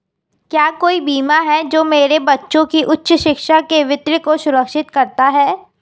क्या कोई बीमा है जो मेरे बच्चों की उच्च शिक्षा के वित्त को सुरक्षित करता है?